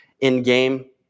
in-game